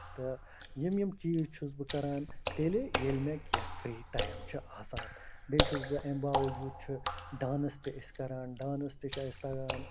تہٕ یِم یِم چیٖز چھُس بہٕ کران تیٚلہِ ییٚلہِ مےٚ کیٚنہہ فری ٹایم چھُ آسان بیٚیہِ چھُس بہٕ اَمہِ باوجوٗد چھُ ڈانٕس تہِ أسۍ کران ڈانٕس تہِ چھُ اَسہِ تَگان